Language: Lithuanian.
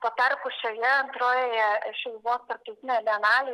tuo tarpu šioje antrojoje šiluvos tarptautinėj bienalėj bus